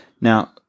Now